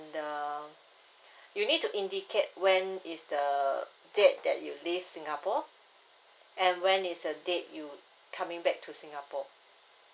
the you need to indicate when is the date that you leave singapore and when is the date you coming back to singapore